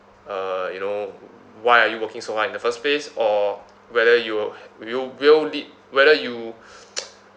uh you know why are you working so hard in the first place or whether you will you will lead whether you